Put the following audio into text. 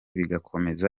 bigakomeza